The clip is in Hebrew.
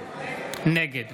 נגד